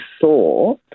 saw